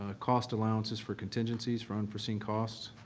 ah cost allowances for contingencies for unforeseen costs?